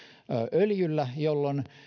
öljyllä jolloin